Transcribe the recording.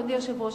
אדוני היושב-ראש,